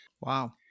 Wow